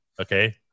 Okay